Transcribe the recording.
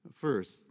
first